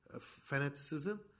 fanaticism